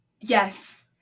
Yes